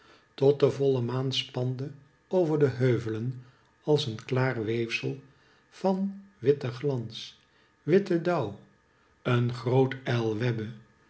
tot de voile maan spande over de heuvelen als een klaar weefsel van witten glans witten dauw een groot ijl webbe